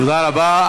תודה רבה.